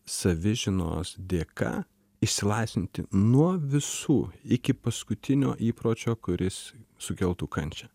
savižinos dėka išsilaisvinti nuo visų iki paskutinio įpročio kuris sukeltų kančią